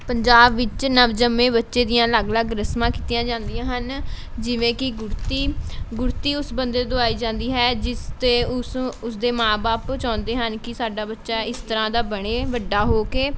ਪੰਜਾਬ ਵਿੱਚ ਨਵਜੰਮੇ ਬੱਚੇ ਦੀਆਂ ਅਲੱਗ ਅਲੱਗ ਰਸਮਾਂ ਕੀਤੀਆਂ ਜਾਂਦੀਆਂ ਹਨ ਜਿਵੇਂ ਕਿ ਗੁੜ੍ਹਤੀ ਗੁੜ੍ਹਤੀ ਉਸ ਬੰਦੇ ਤੋਂ ਦਵਾਈ ਜਾਂਦੀ ਹੈ ਜਿਸ 'ਤੇ ਉਸ ਉਸਦੇ ਮਾਂ ਬਾਪ ਚਾਹੁੰਦੇ ਹਨ ਕਿ ਸਾਡਾ ਬੱਚਾ ਇਸ ਤਰ੍ਹਾਂ ਦਾ ਬਣੇ ਵੱਡਾ ਹੋ ਕੇ